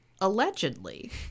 allegedly